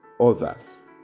others